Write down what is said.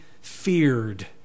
feared